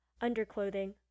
Underclothing